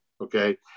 okay